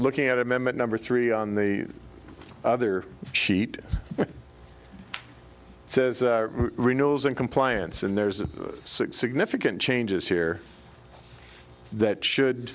looking at amendment number three on the other sheet says renewals and compliance and there's a significant changes here that should